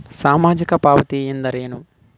ಸಾಮಾಜಿಕ ಪಾವತಿ ಎಂದರೇನು?